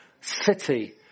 city